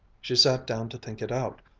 she sat down to think it out,